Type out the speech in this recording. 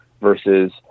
versus